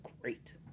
great